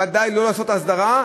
ודאי לא לעשות הסדרה,